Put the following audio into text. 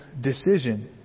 decision